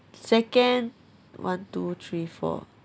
second one two three four